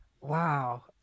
Wow